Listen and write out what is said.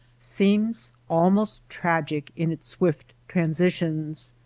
seems almost tragic in its swift transitions.